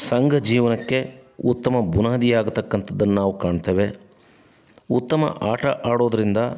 ಸಂಘ ಜೀವನಕ್ಕೆ ಉತ್ತಮ ಬುನಾದಿಯಾಗ್ತಕ್ಕಂಥದ್ದನ್ನು ನಾವು ಕಾಣ್ತೇವೆ ಉತ್ತಮ ಆಟ ಆಡೋದರಿಂದ